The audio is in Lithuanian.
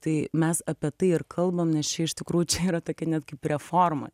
tai mes apie tai ir kalbam nes čia iš tikrųjų čia yra tokia net kaip reforma